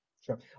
sure